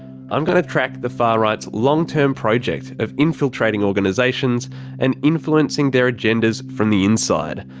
i'm going to track the far right's long-term project of infiltrating organisations and influencing their agendas from the inside.